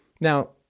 Now